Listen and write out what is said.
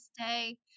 stay